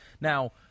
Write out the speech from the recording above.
Now